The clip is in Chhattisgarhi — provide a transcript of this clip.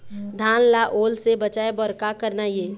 धान ला ओल से बचाए बर का करना ये?